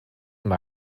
mean